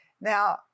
Now